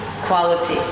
quality